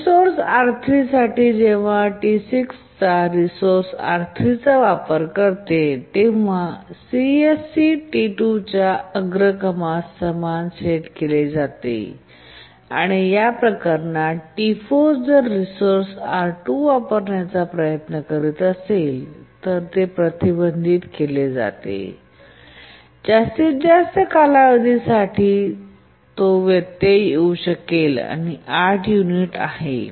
resource R3 साठी जेव्हा T6 resource R3 चा वापर करते तेव्हा CSC T2 च्या अग्रक्रमास समान सेट केले जाते आणि त्या प्रकरणात T4 जर रिसोअर्स R2 वापरण्याचा प्रयत्न करीत असेल तर ते प्रतिबंधित केले जाईल आणि जास्तीत जास्त कालावधी ज्यासाठी तो व्यत्यय येऊ शकेल 8 युनिट आहे